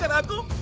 and uncle,